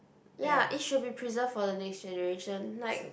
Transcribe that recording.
ya it should be preserved for the next generation like